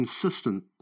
consistent